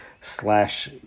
slash